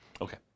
Okay